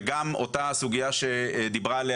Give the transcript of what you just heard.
וגם אותה סוגיה שדיברה עליה